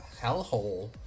hellhole